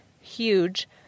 huge